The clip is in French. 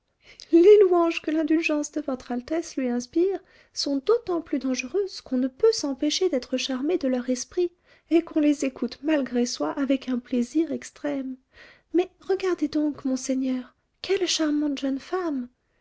les louanges que l'indulgence de votre altesse lui inspire sont d'autant plus dangereuses qu'on ne peut s'empêcher d'être charmé de leur esprit et qu'on les écoute malgré soi avec un plaisir extrême mais regardez donc monseigneur quelle charmante jeune femme